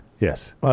Yes